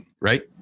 Right